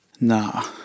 Nah